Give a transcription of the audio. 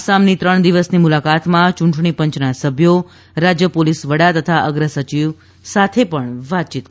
આસામની ત્રણ દિવસની મુલાકાતમાં યૂંટણી પંચના સભ્યો રાજ્ય પોલીસ વડા તથા અગ્ર સચિવ સાથે પણ વાતચીત કરશે